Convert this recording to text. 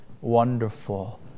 wonderful